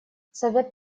совет